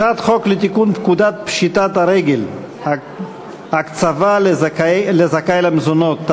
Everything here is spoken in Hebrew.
הצעת חוק לתיקון פקודת פשיטת הרגל (הקצבה לזכאי למזונות),